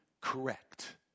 correct